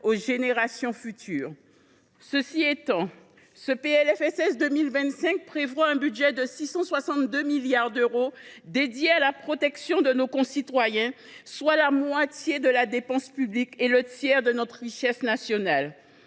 qui serait insoutenable. Cela étant, le PLFSS pour 2025 prévoit un budget de 662 milliards d’euros pour la protection de nos concitoyens, soit la moitié de la dépense publique et le tiers de notre richesse nationale.